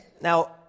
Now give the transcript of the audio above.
Now